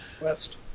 West